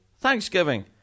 Thanksgiving